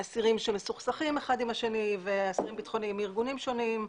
בין אסירים שמסוכסכים אחד עם השני ואסירים ביטחוניים מארגונים שונים.